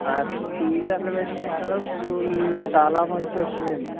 TV elevation కదా ఇప్పుడు చాలా మంచివి వచ్చినాయండి